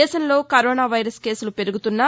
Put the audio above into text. దేశంలో coronavirus కేసులు పెరుగుతున్నా